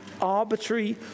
arbitrary